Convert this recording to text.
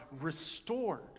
restored